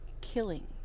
killing